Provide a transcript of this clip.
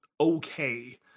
okay